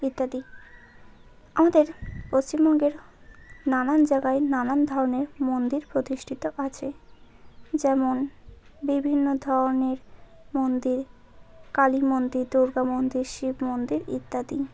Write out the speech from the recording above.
ইত্যাদি আমাদের পশ্চিমবঙ্গের নানান জায়গায় নানান ধরনের মন্দির প্রতিষ্ঠিত আছে যেমন বিভিন্ন ধরনের মন্দির কালী মন্দির দুর্গা মন্দির শিব মন্দির ইত্যাদি